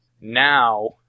Now